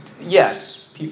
yes